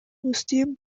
guztien